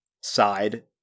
side